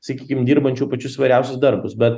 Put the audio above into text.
sakykim dirbančių pačius įvairiausius darbus bet